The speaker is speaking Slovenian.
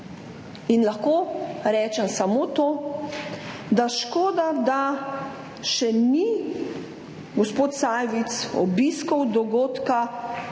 Lahko rečem samo to, da škoda, da še ni gospod Sajovic obiskal dogodka,